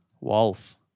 Wolf